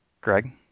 Greg